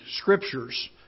Scriptures